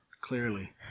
Clearly